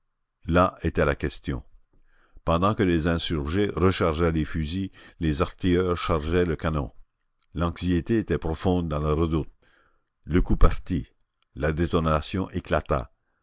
là était la question pendant que les insurgés rechargeaient les fusils les artilleurs chargeaient le canon l'anxiété était profonde dans la redoute le coup partit la détonation éclata